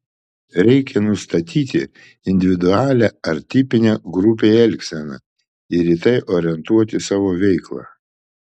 reikia nustatyti individualią ar tipinę grupei elgseną ir į tai orientuoti savo veiklą